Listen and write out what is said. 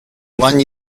one